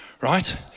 right